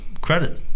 credit